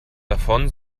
davon